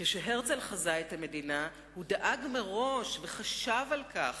כשהרצל חזה את המדינה הוא דאג מראש וחשב על כך